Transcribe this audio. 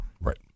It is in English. Right